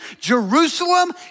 Jerusalem